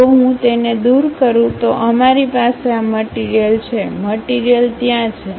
જો હું તેને દૂર કરું તો અમારી પાસે આ મટીરીયલ છે મટીરીયલ ત્યાં છે